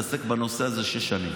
מתעסק בנושא הזה שש שנים.